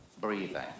breathing